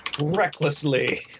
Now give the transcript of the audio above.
Recklessly